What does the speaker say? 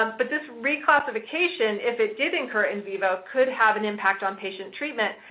um but this reclassification, if it did occur in vivo, could have an impact on patient treatment,